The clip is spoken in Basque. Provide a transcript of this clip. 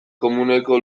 komuneko